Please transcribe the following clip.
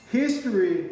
history